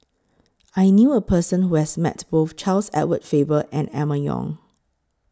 I knew A Person with Met Both Charles Edward Faber and Emma Yong